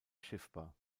schiffbar